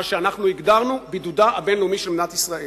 שאנחנו הגדרנו בידודה הבין-לאומי של מדינת ישראל,